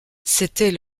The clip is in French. c’était